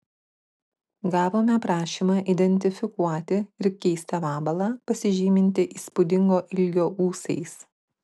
gavome prašymą identifikuoti ir keistą vabalą pasižymintį įspūdingo ilgio ūsais